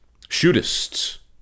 shootists